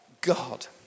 God